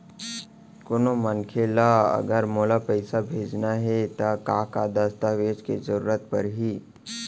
कोनो मनखे ला अगर मोला पइसा भेजना हे ता का का दस्तावेज के जरूरत परही??